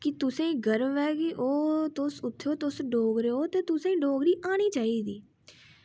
कि तुसेंई गर्व ऐ कि ओ तुस डोगरे ओ ते तुसें डोगरी आनी चाहिदी